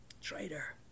traitor